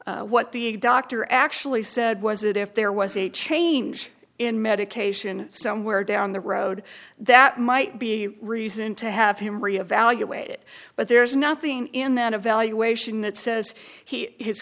medication what the doctor actually said was that if there was a change in medication somewhere down the road that might be a reason to have him re evaluate it but there is nothing in that evaluation that says he his